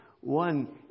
One